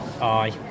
Aye